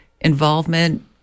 involvement